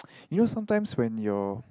you know sometimes when your